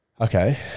Okay